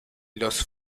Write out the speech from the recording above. los